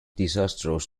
disastrous